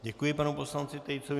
Děkuji panu poslanci Tejcovi.